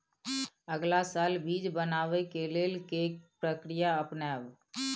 अगला साल बीज बनाबै के लेल के प्रक्रिया अपनाबय?